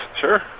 sure